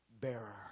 bearer